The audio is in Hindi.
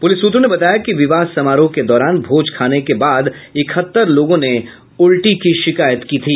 प्रलिस सूत्रों ने बताया कि विवाह समारोह के दौरान भोज खाने के बाद इकहत्तर लोगों ने उल्टी की शिकायत की थी